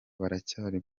baracyari